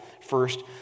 First